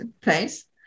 place